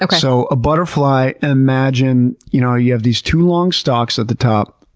like so a butterfly, imagine you know you have these two long stalks at the top,